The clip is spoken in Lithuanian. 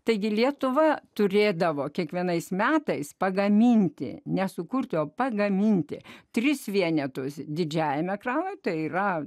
taigi lietuva turėdavo kiekvienais metais pagaminti nesukurto pagaminti tris vienetus didžiajame ekrane tai yra